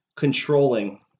Controlling